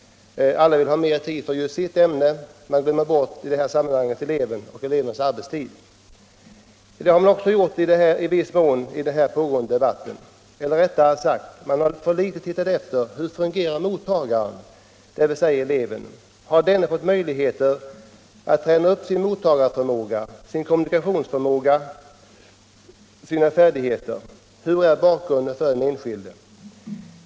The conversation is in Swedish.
Alla vill ha mera tid för just sitt ämne, men man glömmer i detta sammanhang bort eleven och elevens arbetstid. Det har man i viss mån också gjort i den nu pågående debatten. Eller rättare: man har för litet undersökt hur mottagaren, dvs. eleven, fungerar. Har denne fått möjligheter att träna upp sin mottagningsförmåga, sin kommunikationsförmåga och sina färdigheter? Och hur är den enskildes bakgrund?